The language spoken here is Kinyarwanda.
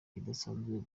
idasanzwe